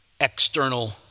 external